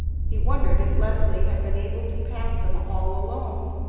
he wondered if leslie had been able to pass them all alone,